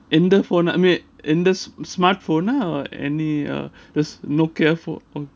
and the phone I mean and the smart phone or any uh just nokia phone